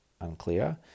unclear